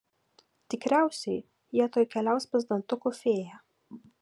tikriausiai jie tuoj keliaus pas dantukų fėją